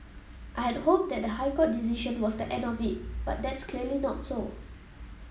I had hoped that the High Court decision was the end of it but that's clearly not so